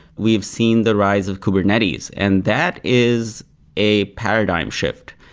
we've seen the rise of kubernetes. and that is a paradigm shift.